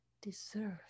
deserve